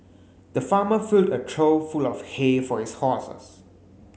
the farmer filled a trough full of hay for his horses